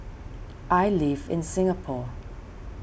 I live in Singapore